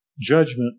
judgment